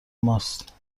ماست